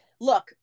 Look